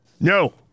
No